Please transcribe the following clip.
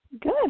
Good